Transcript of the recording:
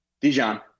Dijon